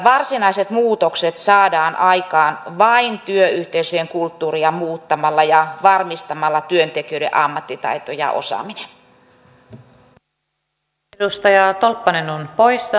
varsinaiset muutokset saadaan aikaan vain työyhteisöjen kulttuuria muuttamalla ja varmistamalla työntekijöiden ammattitaito ja osaaminen